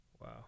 Wow